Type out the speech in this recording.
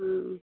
ହୁଁ